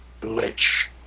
glitch